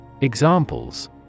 Examples